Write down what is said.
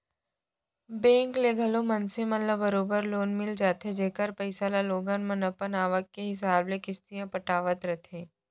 bank ले घलौ मनसे मन ल बरोबर लोन मिल जाथे जेकर पइसा ल लोगन मन अपन आवक के हिसाब ले किस्ती म पटावत रथें